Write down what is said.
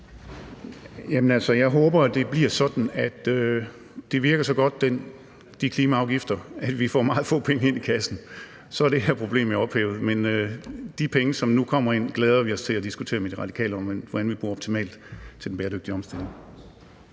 jeg håber, det bliver sådan, at de klimaafgifter virker så godt, at vi får meget få penge ind i kassen. Så er det her problem jo ophævet. Men de penge, som nu kommer ind, glæder vi os til at diskutere med De Radikale om hvordan vi bruger optimalt til den bæredygtige omstilling.